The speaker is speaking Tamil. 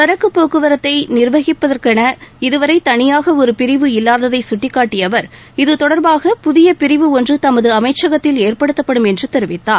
சரக்கு போக்குவரத்தை நிர்வகிப்பதற்கென இதுவரை தனியாக ஒரு பிரிவு இல்வாததை கட்டிக்காட்டிய அவர் இதுதொடர்பாக புதிய பிரிவு ஒன்று தமது அமைச்சகத்தில் ஏற்படுத்தப்படும் என்று தெரிவித்தார்